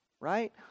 Right